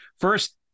first